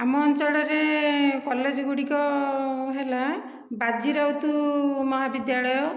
ଆମ ଅଞ୍ଚଳରେ କଲେଜ ଗୁଡ଼ିକ ହେଲା ବାଜିରାଉତ ମହାବିଦ୍ୟାଳୟ